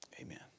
Amen